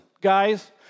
guys